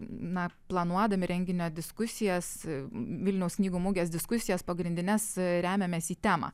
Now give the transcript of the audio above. na planuodami renginio diskusijas vilniaus knygų mugės diskusijas pagrindines remiamės į temą